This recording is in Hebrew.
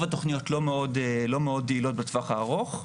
התוכניות לא מאוד יעילות בטווח הארוך.